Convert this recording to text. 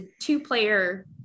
two-player